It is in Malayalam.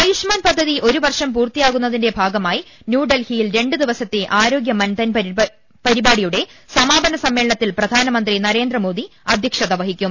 ആയുഷ്മാൻ പദ്ധതി ഒരു വർഷം പൂർത്തിയാക്കു ന്നതിന്റെ ഭാഗമായി ന്യൂഡൽഹിയിൽ രണ്ടു ദിവസത്തെ ആരോഗ്യ മൻധൻ പരിപാടിയുടെ സമാപന സമ്മേളനത്തിൽ പ്രധാനമന്ത്രി നരേന്ദ്രമോദി അധ്യക്ഷത വഹിക്കും